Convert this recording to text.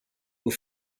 vous